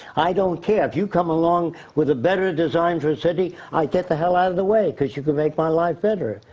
i don't care. if you came along with a better design for a city, i get the hell out of the way, cause you can make my life better.